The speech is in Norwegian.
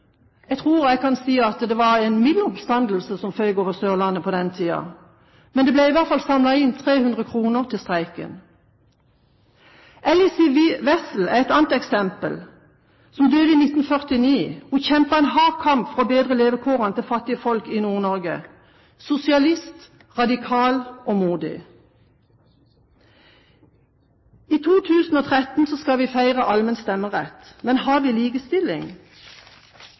Jeg tror jeg kan si det var en mild oppstandelse som føk over Sørlandet på den tiden! Men det ble i hvert fall samlet inn 300 kr til streiken. Ellisiv Wessel, som døde i 1949, er et annet eksempel. Hun kjempet en hard kamp for å bedre levekårene for fattige folk i Nord-Norge. Hun var sosialist, radikal og modig. I 2013 skal vi feire allmenn stemmerett, men har vi likestilling?